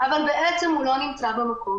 אבל בעצם הוא לא נמצא במקום,